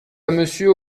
monsieur